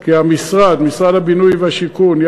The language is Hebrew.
כי משרד הבינוי והשיכון,